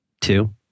two